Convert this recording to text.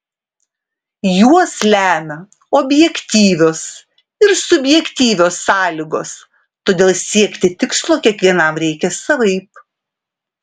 juos lemia objektyvios ir subjektyvios sąlygos todėl siekti tikslo kiekvienam reikia savaip